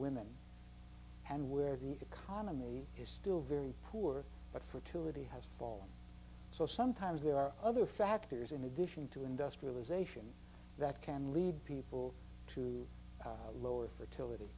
women and where the economy is still very poor but fertility has fall so sometimes there are other factors in addition to industrialization that can lead people to lower fertility